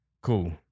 Cool